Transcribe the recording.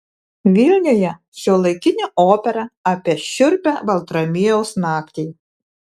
vilniuje šiuolaikinė opera apie šiurpią baltramiejaus naktį